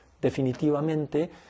definitivamente